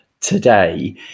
today